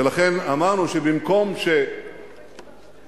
ולכן אמרנו שבמקום שנחמיץ